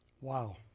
Wow